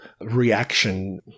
reaction